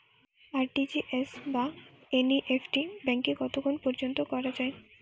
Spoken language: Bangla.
আর.টি.জি.এস বা এন.ই.এফ.টি ব্যাংকে কতক্ষণ পর্যন্ত করা যায়?